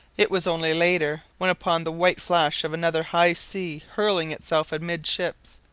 it was only later, when upon the white flash of another high sea hurling itself amidships,